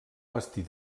vestir